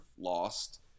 lost